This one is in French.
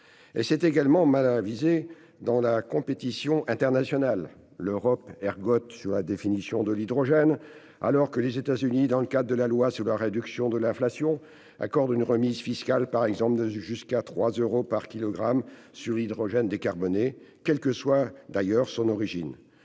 C'est enfin mal avisé au regard de la compétition internationale : l'Europe ergote sur la définition de l'hydrogène, alors que les États-Unis, dans le cadre de la loi sur la réduction de l'inflation (), accordent une remise fiscale allant jusqu'à 3 euros par kilogramme sur l'hydrogène décarboné, quelle que soit son origine.